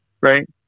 Right